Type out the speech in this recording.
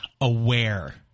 aware